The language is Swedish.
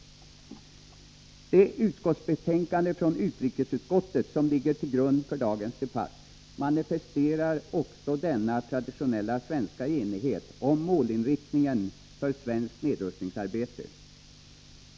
Det betänkande från utrikesutskottet som ligger till grund för dagens debatt om nedrustning manifesterar också denna traditionella svenska enighet om målinriktningen för svenskt nedrustningsarbete.